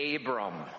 Abram